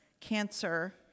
cancer